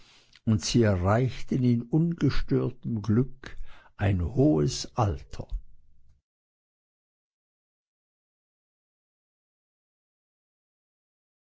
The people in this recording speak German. und sie erreichten in ungestörtem glück ein hohes alter